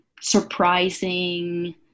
surprising